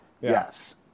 Yes